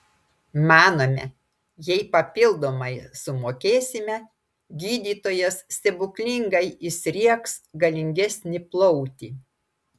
manome jei papildomai sumokėsime gydytojas stebuklingai įsriegs galingesnį plautį